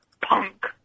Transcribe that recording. Punk